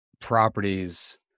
properties